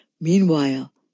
Meanwhile